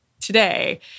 today